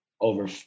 over